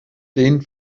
den